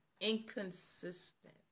inconsistent